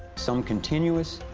some coninuous,